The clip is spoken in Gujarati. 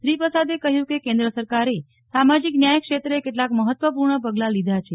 શ્રી પ્રસાદે કહ્યું કે કેન્દ્ર સરકારે સામાજિક ન્યાય ક્ષેત્રે કેટલાંક મહત્વપૂર્ણ પગલાં લીધાં છે